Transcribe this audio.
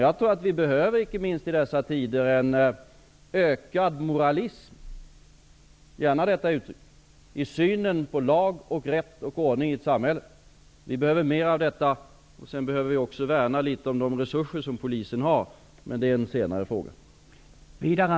Jag tror att vi behöver, icke minst i dessa tider, en ökad moralism -- gärna detta uttryck -- i synen på lag, rätt och ordning i ett samhälle. Vi behöver mer av detta. Sedan behöver vi också värna om polisens resurser, men det är en senare fråga.